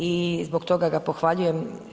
I zbog toga ga pohvaljujem.